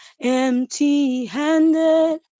empty-handed